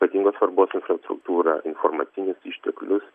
ypatingos svarbos infrastruktūrą informacinius išteklius